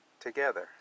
together